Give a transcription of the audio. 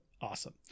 awesome